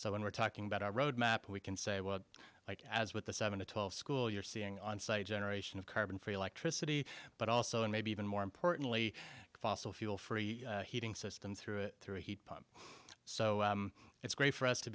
so when we're talking about our road map we can say well like as with the seven to twelve school you're seeing on site generation of carbon free electricity but also and maybe even more importantly fossil fuel free heating systems through it through a heat pump so it's great for us to